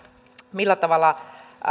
millä tavalla